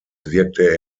wirkte